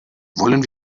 wollen